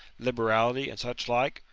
liberality, and such like,